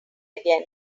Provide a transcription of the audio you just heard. again